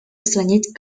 распространить